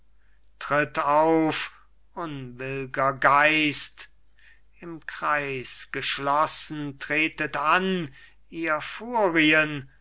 tritt auf unwill'ger geist im kreis geschlossen tretet an ihr furien